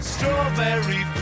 Strawberry